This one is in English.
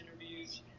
interviews